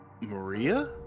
Maria